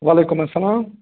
وعلیکُم السلام